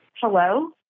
Hello